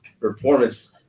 performance